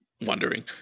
wondering